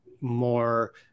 more